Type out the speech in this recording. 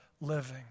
living